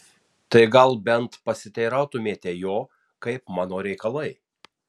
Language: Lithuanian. tai gal bent pasiteirautumėte jo kaip mano reikalai